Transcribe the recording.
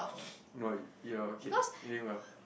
no you are okay eating well